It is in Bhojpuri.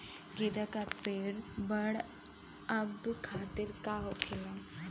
गेंदा का पेड़ बढ़अब खातिर का होखेला?